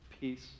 peace